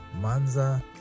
Manza